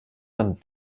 dann